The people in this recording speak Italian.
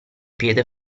piede